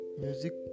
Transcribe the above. music